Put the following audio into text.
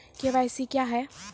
KYC क्या हैं?